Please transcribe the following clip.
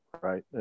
Right